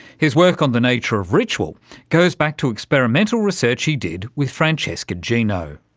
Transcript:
his work on the nature of ritual goes back to experimental research he did with francesca gino.